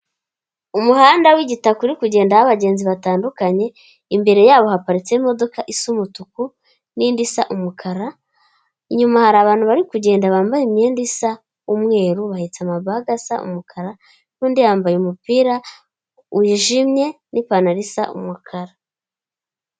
Umuhanda w'igitakako uri kugendaho abagenzi batandukanye imbere yabo haparitse imodoka isa umutuku n'indi isa umukara, inyuma hari abantu bari kugenda bambaye imyenda isa umweruru bahetse amabaga asa umukara, n'undi yambaye umupira wijimye n'ipantaro isa umukara.